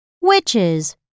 witches